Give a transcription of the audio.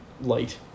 light